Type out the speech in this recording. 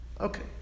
Okay